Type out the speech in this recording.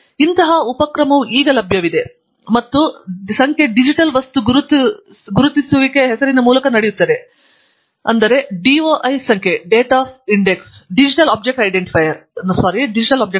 ಮತ್ತು ಇಂತಹ ಉಪಕ್ರಮವು ಈಗ ಲಭ್ಯವಿದೆ ಮತ್ತು ಸಂಖ್ಯೆ ಡಿಜಿಟಲ್ ವಸ್ತು ಗುರುತಿಸುವಿಕೆಯ ಹೆಸರಿನ ಮೂಲಕ ನಡೆಯುತ್ತದೆ ಅವುಗಳೆಂದರೆ DOI ಸಂಖ್ಯೆ